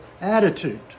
attitude